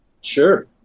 Sure